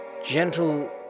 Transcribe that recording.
Gentle